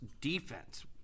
defense